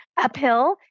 uphill